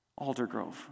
Aldergrove